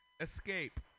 escape